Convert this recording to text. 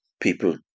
people